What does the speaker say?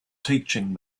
teaching